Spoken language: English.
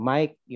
Mike